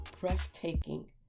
breathtaking